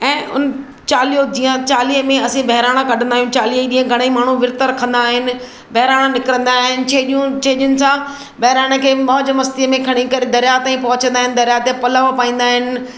ऐं उन चालीहों जीअं चालीहे में असीं बहिराणा कढंदा आहियूं चालीह ॾींहुं घणाई माण्हू व्रित रखंदा आहिनि बहिराणा निकिरंदा आहिनि छेॼियूं छेॼियुनि सां बहिराणे खे मौज मस्तीअ में खणी करे दरियाह ताईं पहुचंदा आहिनि दरियाह ते पलव पाईंदा आहिनि